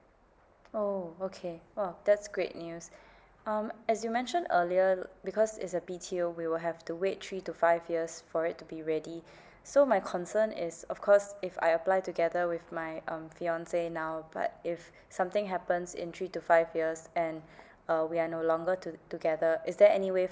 oh okay !wah! that's a great news um as you mentioned earlier because it's a B_T_O we will have to wait three to five years for it to be ready so my concern is of course if I apply together with my um fiance now but if something happens in three to five years and uh we are no longer to~ together is there anyway